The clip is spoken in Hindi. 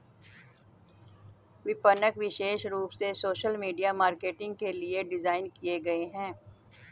विपणक विशेष रूप से सोशल मीडिया मार्केटिंग के लिए डिज़ाइन किए गए है